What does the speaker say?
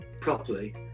properly